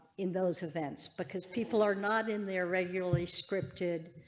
in those events because people are not in there regularly scripted.